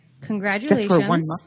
Congratulations